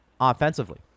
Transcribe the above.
offensively